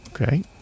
okay